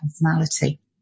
personality